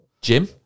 Jim